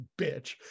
bitch